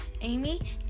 Amy